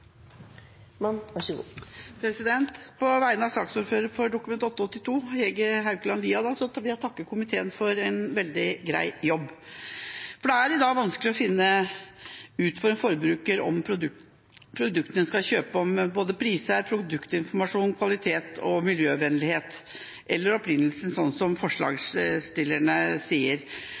rød-grønne. På vegne av saksordfører for Dokument 8:82 S for 2013–2014, Hege Haukeland Liadal, vil jeg takke komiteen for en veldig grei jobb. Det er i dag vanskelig for en forbruker å finne ut av de produktene en skal kjøpe, både når det gjelder priser, produktinformasjon, kvalitet og miljøvennlighet – eller om opprinnelsen, slik som forslagsstillerne sier.